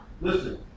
Listen